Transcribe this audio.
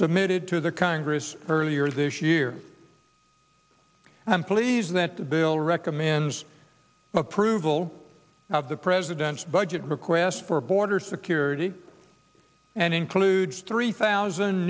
submitted to the congress earlier this year i'm pleased that the bill recommends approval of the president budget request for border security and includes three thousand